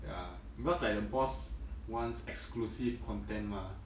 ya because like the boss wants exclusive content mah